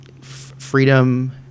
freedom